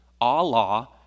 Allah